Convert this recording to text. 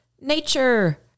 Nature